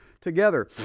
together